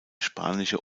spanische